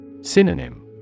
Synonym